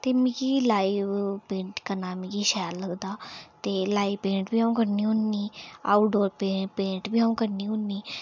ते मिगी live painting करना मिगी शैल लगदा ते लाईट पेंट बी अं'ऊ करनी होन आऊटडोर पेंट बी अं'ऊ करनी होन्नीं